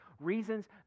reasons